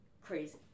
crazy